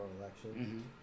election